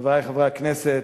חברי חברי הכנסת,